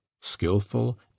skilful